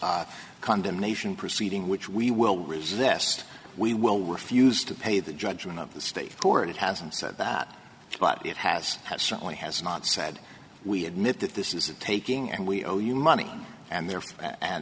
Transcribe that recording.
condemnation proceeding which we will resist we will refuse to pay the judgment of the state court it hasn't said that but it has certainly has not said we admit that this is a taking and we owe you money and there